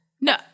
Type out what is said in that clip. No